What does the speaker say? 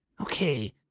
okay